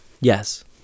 Yes